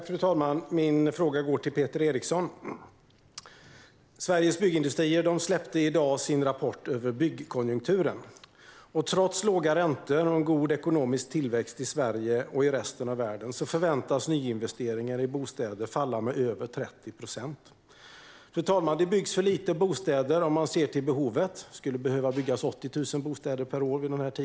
Fru talman! Min fråga går till Peter Eriksson. Sveriges Byggindustrier släppte i dag sin rapport om byggkonjunkturen. Trots låga räntor och en god ekonomisk tillväxt i Sverige och i resten av världen förväntas nyinvesteringarna i bostäder falla med över 30 procent. Fru talman! Det byggs för lite bostäder, om man ser till behovet. Det skulle behöva byggas 80 000 bostäder per år.